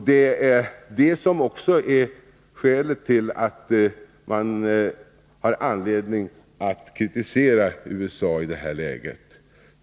Detta är också orsaken till att man har anledning att kritisera USA i det här läget.